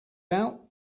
out